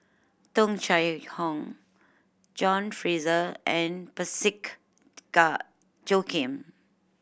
Tung Chye Hong John Fraser and Parsick Joaquim